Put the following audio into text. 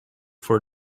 for